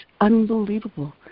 unbelievable